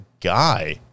guy